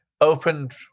opened